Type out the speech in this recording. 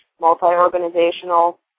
multi-organizational